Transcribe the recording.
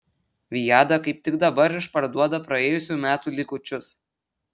viada kaip tik dabar išparduoda praėjusių metų likučius